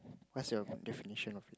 what's your definition of